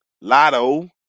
Lotto